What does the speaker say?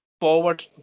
forward